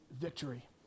victory